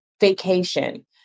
vacation